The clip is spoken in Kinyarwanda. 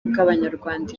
bw’abanyarwanda